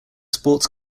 sports